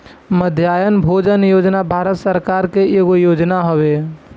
मध्याह्न भोजन योजना भारत सरकार के एगो योजना हवे